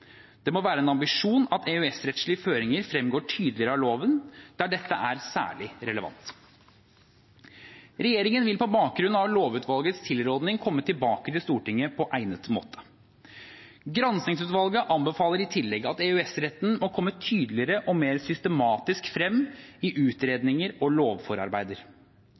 Det må være en ambisjon at EØS-rettslige føringer fremgår tydeligere av loven, der dette er særlig relevant. Regjeringen vil på bakgrunn av lovutvalgets tilrådinger komme tilbake til Stortinget på egnet måte. Granskingsutvalget anbefaler i tillegg at EØS-retten må komme tydeligere og mer systematisk frem i utredninger og lovforarbeider.